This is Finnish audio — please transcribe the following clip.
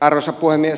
arvoisa puhemies